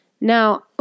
now